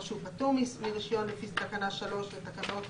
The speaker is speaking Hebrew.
או שהוא פטור מרישיון לפי תקנה 3(א) לתקנות